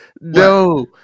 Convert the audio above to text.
No